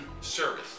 service